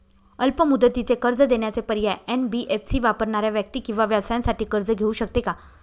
अल्प मुदतीचे कर्ज देण्याचे पर्याय, एन.बी.एफ.सी वापरणाऱ्या व्यक्ती किंवा व्यवसायांसाठी कर्ज घेऊ शकते का?